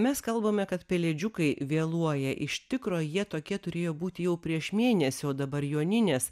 mes kalbame kad pelėdžiukai vėluoja iš tikro jie tokie turėjo būti jau prieš mėnesį o dabar joninės